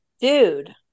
dude